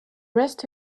rest